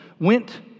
went